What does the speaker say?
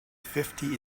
fifty